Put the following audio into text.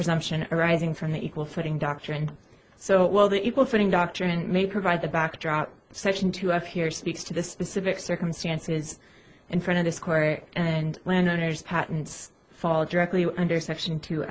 presumption arising from the equal footing doctrine so while the equal footing doctrine may provide the backdrop section two of here speaks to the specific circumstances in front of the square and landowners patents fall directly under section t